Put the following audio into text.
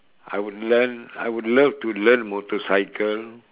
I would learn I would love to learn motorcycle